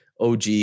OG